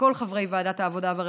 לכל חברי ועדת העבודה והרווחה,